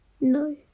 No